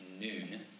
noon